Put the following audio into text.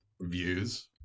views